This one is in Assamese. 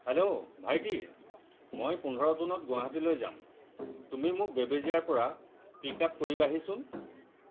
হেল্লো ভাইটি মই পোন্ধৰ জুনত গুৱাহাটীলৈ যাম তুমি মোক বেবেজীয়াৰপৰা পিক আপ কৰিবাহিচোন